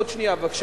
עוד שנייה בבקשה.